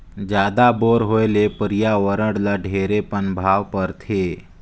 जादा बोर होए ले परियावरण ल ढेरे पनभाव परथे